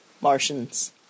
Martians